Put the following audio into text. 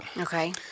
Okay